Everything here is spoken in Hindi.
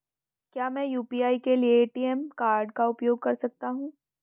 क्या मैं यू.पी.आई के लिए ए.टी.एम कार्ड का उपयोग कर सकता हूँ?